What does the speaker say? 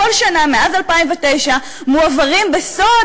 בכל שנה מאז 2009 מועברים בסוד,